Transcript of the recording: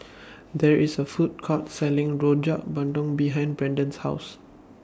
There IS A Food Court Selling Rojak Bandung behind Braden's House